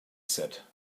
said